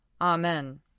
Amen